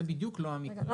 זה בדיוק לא המקרה.